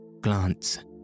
glance